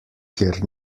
kjer